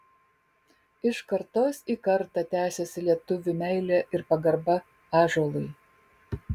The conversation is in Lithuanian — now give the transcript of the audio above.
iš kartos į kartą tęsiasi lietuvių meilė ir pagarba ąžuolui